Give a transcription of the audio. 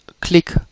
click